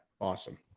awesome